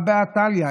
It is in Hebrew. הא בהא תליא.